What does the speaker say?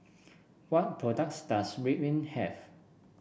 what products does Ridwind have